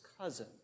cousin